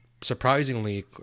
surprisingly